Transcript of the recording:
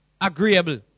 agreeable